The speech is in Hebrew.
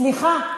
סליחה.